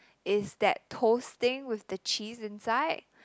is that toast thing with the cheese inside